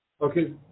Okay